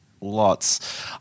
lots